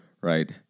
right